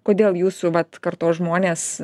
kodėl jūsų vat kartos žmonės